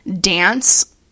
dance